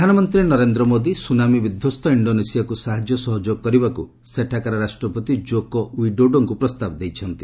tsunami ପ୍ରଧାନମନ୍ତ୍ରୀ Narendra Modi tsunami ବିଧ୍ୱସ୍ତ ଇଣ୍ଡୋନେସିଆକୁ ସାହାଯ୍ୟ ସହଯୋଗ କରିବାକୁ ସେଠାକାର ରାଷ୍ଟ୍ରପତି କ୍ରୋକୋ ୱିଡୋଡୋଙ୍କୁ ପ୍ରସ୍ତାବ ଦେଇଛନ୍ତି